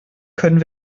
können